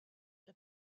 the